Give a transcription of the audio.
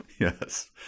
Yes